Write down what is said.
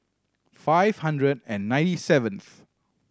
five hundred and ninety seventh